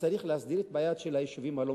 שצריך להסדיר את בעיית היישובים הלא-מוכרים,